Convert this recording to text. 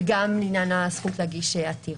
וגם לעניין זכות להגיש עתירה.